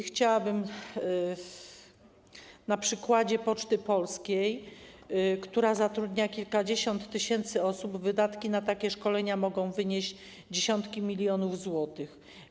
Chciałabym odnieść się do przykładu Poczty Polskiej, która zatrudnia kilkadziesiąt tysięcy osób - wydatki na takie szkolenia mogą wynieść dziesiątki milionów złotych.